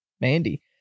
Mandy